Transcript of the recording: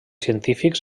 científics